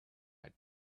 had